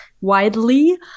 Widely